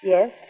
Yes